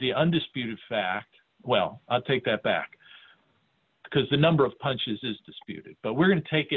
the undisputed fact well take that back because the number of punches is disputed but we're going to take it